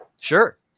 sure